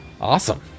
Awesome